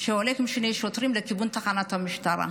הולך עם שני שוטרים לתחנת המשטרה.